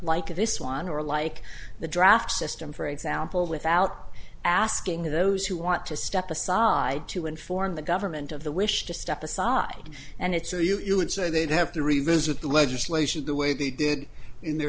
like this one or like the draft system for example without asking those who want to step aside to inform the government of the wish to step aside and it so you would say they'd have to revisit the legislation the way they did in their